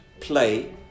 play